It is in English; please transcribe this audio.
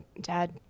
dad